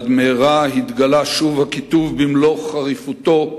עד מהרה התגלע שוב הקיטוב במלוא חריפותו,